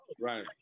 right